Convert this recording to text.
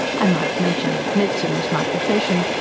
i might mention that medicine was my profession.